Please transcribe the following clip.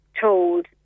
told